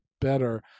better